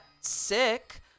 sick